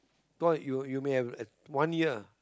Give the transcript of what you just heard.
twi~ you you may have at~ one year